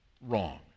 wrong